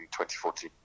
2014